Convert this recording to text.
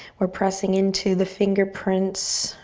we're pressing into the fingerprints.